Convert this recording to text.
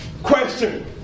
Question